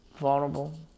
vulnerable